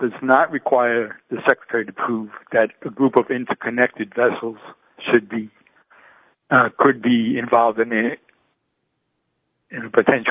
does not require the secretary to prove that a group of interconnected that schools should be could be involved in a potential